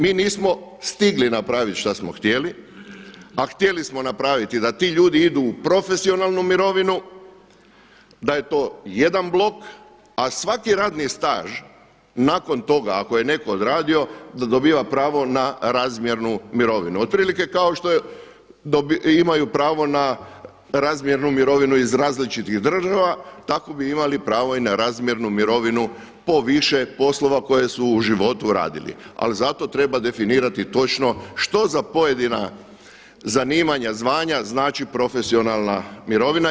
Mi nismo stigli napraviti što smo htjeli, a htjeli smo napraviti da ti ljudi idu u profesionalnu mirovinu, da je to jedan blok, a svaki radni staž nakon toga ako je netko odradio da dobiva pravo na razmjernu mirovinu, otprilike kao što imaju pravo na razmjernu mirovinu iz različitih država tako bi imali pravo i na razmjernu mirovinu po više poslova koje su u životu radili ali zato treba definirati točno što za pojedina zanimanja, zvanja znači profesionalna mirovina.